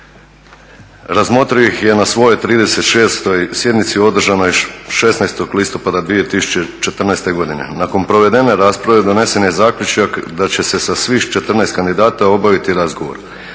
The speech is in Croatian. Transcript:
Razmotrio ih je na svojoj 36. sjednici održanoj 16. listopada 2014. godine. Nakon provedene rasprave donesen je zaključak da će se sa svih 14 kandidata obaviti razgovor.